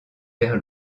vers